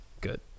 Good